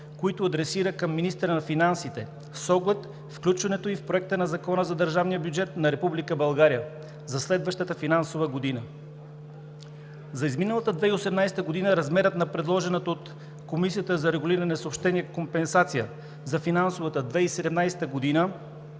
които адресира към министъра на финансите с оглед включването ѝ в Проекта на закона за държавния бюджет на Република България за следващата финансова година. За изминалата 2018 г. размерът на предложената от Комисията за регулиране на съобщенията компенсация за финансовата 2017 г.